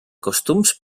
costums